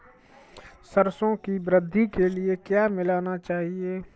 सरसों की वृद्धि के लिए क्या मिलाना चाहिए?